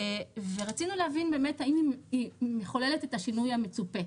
ורצינו להבין האם היא מחוללת את השינוי המצופה.